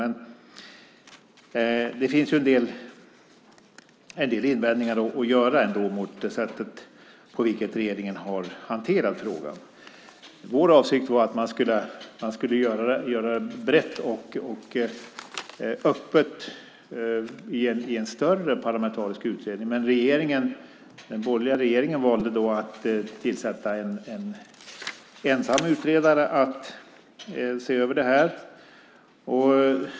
Men det finns ändå en del invändningar att göra mot det sätt på vilket regeringen har hanterat frågan. Vår avsikt var att man skulle göra detta brett och öppet i en större parlamentarisk utredning. Men den borgerliga regeringen valde att tillsätta en ensam utredare för att se över det här.